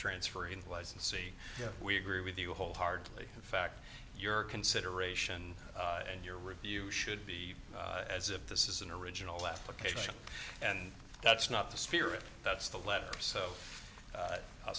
transfer and see if we agree with you wholeheartedly in fact your consideration and your review should be as if this is an original application and that's not the spirit that's the letter so